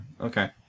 Okay